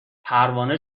پروانه